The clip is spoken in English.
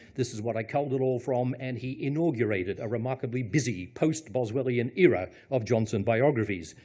this is what i culled it all from. and he inaugurated a remarkable busy, post-boswellian era of johnson biographies.